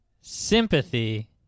sympathy